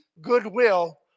goodwill